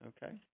Okay